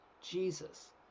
Jesus